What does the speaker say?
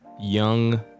young